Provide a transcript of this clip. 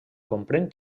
comprèn